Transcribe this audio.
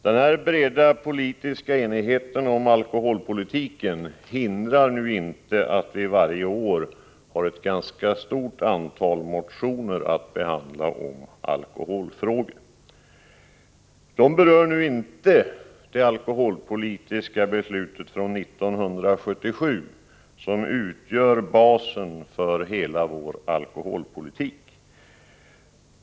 Denna breda politiska enighet om alkoholpolitiken hindrar nu inte att vi varje år har ett ganska stort antal motioner att behandla om alkoholfrågor. Årets motioner berör inte det alkoholpolitiska beslutet från 1977, som utgör basen för vår alkoholpolitik.